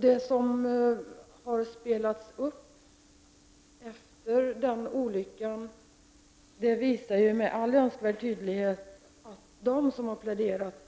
Det som har spelats upp efter denna olycka visar med all önskvärd tydlighet att de som har pläderat